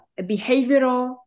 behavioral